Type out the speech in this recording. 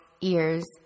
ears